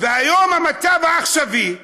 היום, המצב העכשווי,